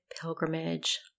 pilgrimage